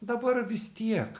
dabar vis tiek